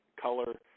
color